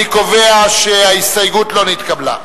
אני קובע שההסתייגות לא נתקבלה.